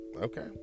Okay